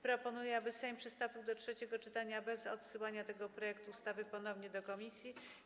Proponuję, aby Sejm przystąpił do trzeciego czytania bez odsyłania tego projektu ustawy ponownie do komisji.